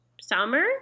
Summer